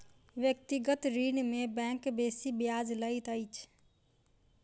व्यक्तिगत ऋण में बैंक बेसी ब्याज लैत अछि